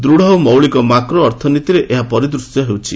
ଦୃଢ଼ ଓ ମୌଳିକ ମାକ୍ରୋ ଅର୍ଥନୀତିରେ ଏହା ପରିଦୃଶ୍ୟ ହେଉଛି